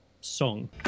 song